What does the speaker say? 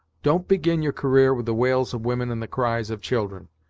don't begin your career with the wails of women and the cries of children.